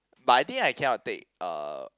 but I think I cannot take uh